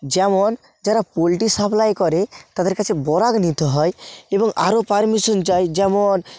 যেমন যারা poultry supply করে তাদের কাছে বরাত নিতে হয় এবং আরও পারমিশন চাই যেমন